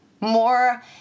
more